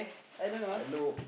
I I know